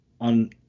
on